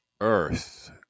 Earth